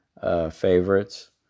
favorites